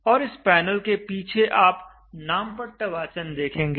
और इस पैनल के पीछे आप नामपट्ट वाचन देखेंगे